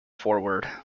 forward